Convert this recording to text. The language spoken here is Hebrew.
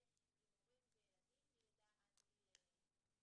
המטרה שלו להיפגש עם הורים וילדים מגיל לידה עד גיל שלוש.